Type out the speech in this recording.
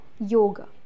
yoga